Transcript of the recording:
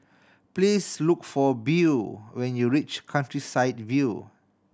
please look for Beau when you reach Countryside View